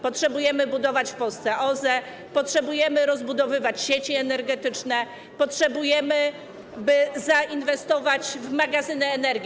Potrzebujemy budować w Polsce OZE, potrzebujemy rozbudowywać sieci energetyczne, potrzebujemy zainwestować w magazyny energii.